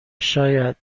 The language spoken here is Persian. شاید